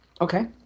Okay